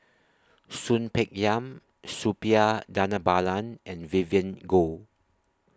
Soon Peng Yam Suppiah Dhanabalan and Vivien Goh